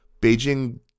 Beijing